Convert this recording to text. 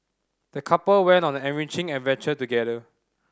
the couple went on an enriching adventure together